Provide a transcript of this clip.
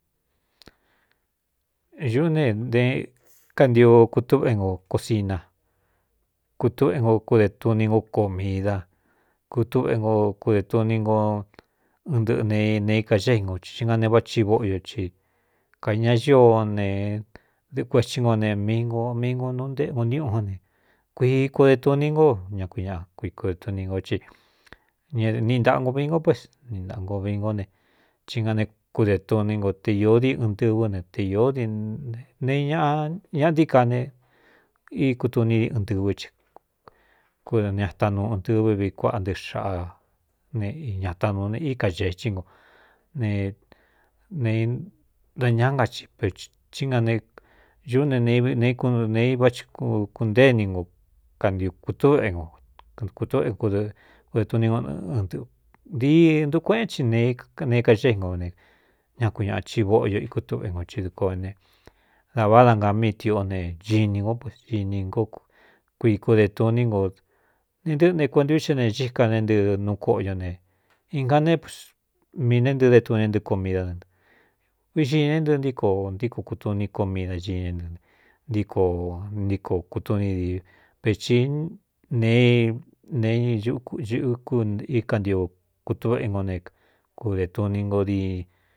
Ñuꞌú ne kantio kutúꞌve nko kosina kutuꞌve no kude tuni nó ko miī da kutuꞌv no kudē tuni no ɨn ntɨꞌɨ ne nee i kaxé i ngo i nga ne váꞌachi vóꞌo yo ci kaña ñío nedɨkuetí nko ne m min n néꞌgo niuꞌu á ne kuii kude tuni nko ña ku ñꞌa kui kude tuni ngo í ñniꞌ ntaꞌango vi nko pues ni ntāꞌa ngo vii ngó ne cí nga ne kude tu ní nko te īó di ɨn tɨvɨ́ ne te ī neñꞌñaꞌa ntií ka ne íkutuni i ɨn tɨ̄vɨ́ í kni atanuu ɨɨtɨ̄vɨ́ vi kuáꞌa ntɨꞌɨ xāꞌa ne ñataa nuu e i ka xexhí nko ne ne da ñaá nga xií auꞌú ne e neei váꞌci kuntée kutꞌe kude tuní nɨꞌɨ dii ntukueꞌen tin ene i kaxé inko ne ña ku ñāꞌa chi vóꞌo io ikutúꞌve ngo i dɨɨko ne da váꞌá da nga míi tiꞌó ne gini ngo pe in nó kui kude tní no ne ntɨꞌɨ ne kuendi ú ce ne xíka ne ntɨɨ nuu kóꞌo ño ne inga miī ne ntɨɨ de tuni é ntɨꞌɨ ko míidá ne nɨ vixi ña é ntɨɨ ntíko ntíko kutuní ko mi da giña é ntɨɨ ne ntíko ntíko kutuni divi pecí nee nee ꞌkúí kantiu kutuve ngo ne kudē tuni no di.